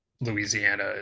louisiana